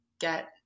get